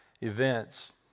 events